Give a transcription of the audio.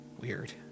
Weird